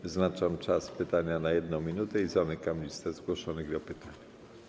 Wyznaczam czas pytania na 1 minutę i zamykam listę zgłoszonych do pytań.